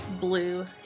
blue